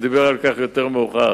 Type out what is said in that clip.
הוא דיבר על כך יותר מאוחר.